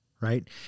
right